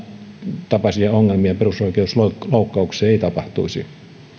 tämäntapaisia ongelmia perusoikeusloukkauksia ei tapahtuisi